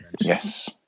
Yes